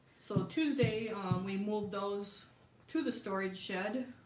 so tuesday we moved those to the storage shed.